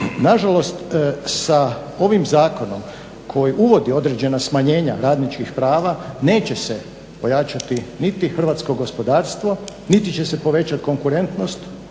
Nažalost sa ovim zakonom koji uvodi određena smanjenja radničkih prava neće se pojačati niti hrvatsko gospodarstvo niti će se povećati konkurentnost